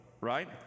right